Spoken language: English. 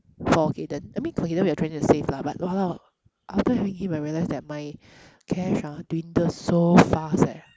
for kayden I mean for kayden we are trying to save lah but !walao! after having him I realised that my cash ah dwindle so fast eh